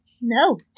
No